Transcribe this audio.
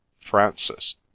Francis